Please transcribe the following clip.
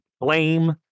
blame